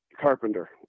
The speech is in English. Carpenter